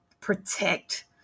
protect